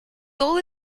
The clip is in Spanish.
todo